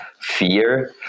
fear